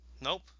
Nope